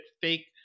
fake